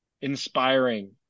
inspiring